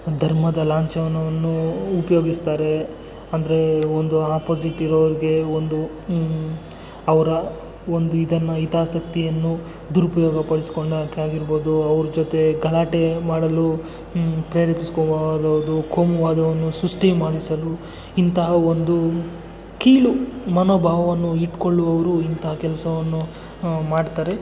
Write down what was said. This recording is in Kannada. ಧರ್ಮದ ಲಾಂಛನವನ್ನು ಉಪಯೋಗಿಸ್ತಾರೆ ಅಂದರೆ ಒಂದು ಆಪೊಸಿಟ್ ಇರೋರಿಗೆ ಒಂದು ಅವರ ಒಂದು ಇದನ್ನು ಹಿತಾಸಕ್ತಿಯನ್ನು ದುರುಪಯೋಗಪಡಿಸ್ಕೊಳ್ಳೋಕಾಗಿರ್ಬೋದು ಅವ್ರ ಜೊತೆ ಗಲಾಟೆ ಮಾಡಲು ಪ್ರೇರೇಪಿಸಿಕೋ ಮಾಡೋದು ಕೋಮುವಾದವನ್ನು ಸೃಷ್ಟಿ ಮಾಡಿಸಲು ಇಂತಹ ಒಂದು ಕೀಳು ಮನೋಭಾವವನ್ನು ಇಟ್ಟುಕೊಳ್ಳುವವರು ಇಂಥ ಕೆಲಸವನ್ನು ಮಾಡ್ತಾರೆ